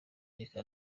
reka